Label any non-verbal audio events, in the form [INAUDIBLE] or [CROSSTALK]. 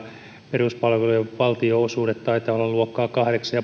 peruspalvelujen valtionosuudet taitavat olla luokkaa kahdeksan [UNINTELLIGIBLE]